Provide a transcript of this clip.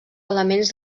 elements